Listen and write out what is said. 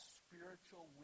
spiritual